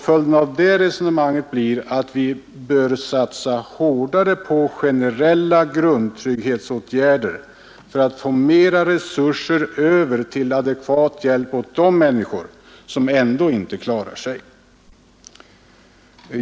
Följden härav blir att vi bör satsa hårdare på generella grundtrygghetsåtgärder för att fa större resurser till adekvat hjälp åt de människor som ända inte klarar sig.